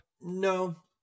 No